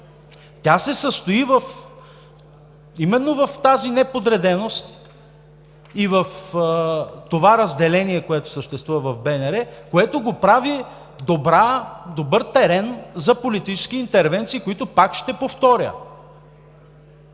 тя се състои именно в тази неподреденост и в това разделение, което съществува в БНР, което го прави добър терен за политически интервенции, които, пак ще повторя